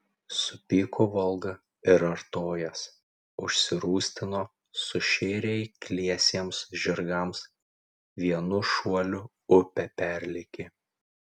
supyko volga ir artojas užsirūstino sušėrė eikliesiems žirgams vienu šuoliu upę perlėkė